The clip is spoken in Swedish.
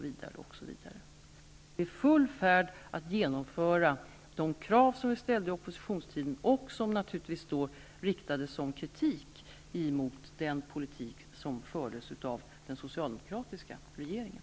Vi är alltså i full färd med att genomföra det som vi ställde krav på under oppositionstiden och att ändra på det som vi riktade kritik mot i den politik som fördes av den socialdemokratiska regeringen.